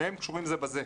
שניהם קשורים זה בזה.